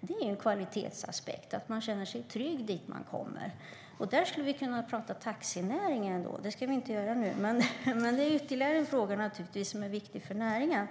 Det är en kvalitetsaspekt att man känner sig trygg dit man kommer. Där skulle vi kunna tala om taxinäringen. Men det ska vi inte göra nu. Det är naturligtvis ytterligare en fråga som är viktig för näringen.